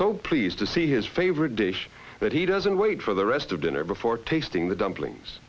so pleased to see his favorite dish that he doesn't wait for the rest of dinner before tasting the dumplings